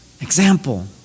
Example